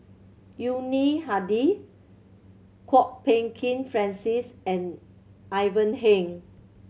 Yuni Hadi Kwok Peng Kin Francis and Ivan Heng